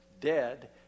dead